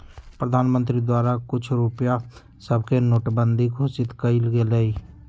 प्रधानमंत्री द्वारा कुछ रुपइया सभके नोटबन्दि घोषित कएल गेलइ